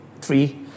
three